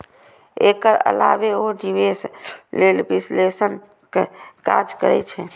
एकर अलावे ओ निवेश लेल विश्लेषणक काज करै छै